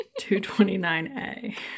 229A